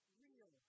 real